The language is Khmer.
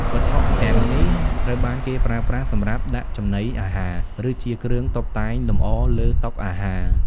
វត្ថុទាំងនេះត្រូវបានគេប្រើប្រាស់សម្រាប់ដាក់ចំណីអាហារ ឬជាគ្រឿងតុបតែងលម្អលើតុអាហារ។